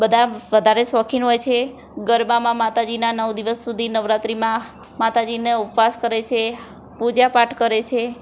બધા વધારે શોખીન હોય છે ગરબામાં માતાજીના નવદિવસ સુધી નવરાત્રિમાં માતાજીનો ઉપવાસ કરે છે પૂજા પાઠ કરે છે